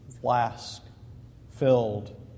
flask-filled